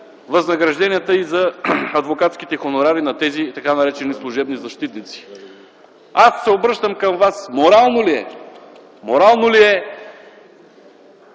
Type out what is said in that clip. за възнагражденията, и за адвокатските хонорари на тези така наречени служебни защитници. Аз се обръщам към вас! Морално ли е към всеки